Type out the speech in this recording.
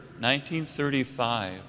1935